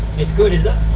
it's good, is it?